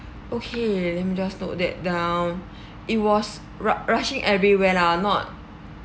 okay let me just note that down it was ru~ rushing everywhere lah not